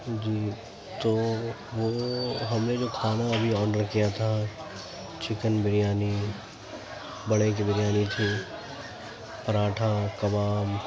جی تو وہ ہم نے جو کھانا ابھی آڈر کیا تھا چکن بریانی بڑے کی بریانی تھی پراٹھا کباب